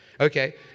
Okay